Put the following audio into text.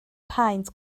paent